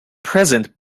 present